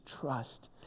trust